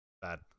bad